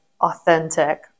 authentic